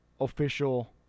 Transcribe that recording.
official